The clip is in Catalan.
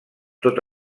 tot